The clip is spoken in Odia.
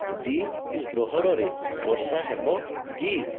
ଦ୍ୱିପ୍ରହରରେ ବର୍ଷା ହେବ କି